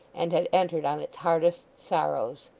and had entered on its hardest sorrows.